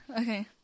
Okay